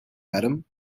madam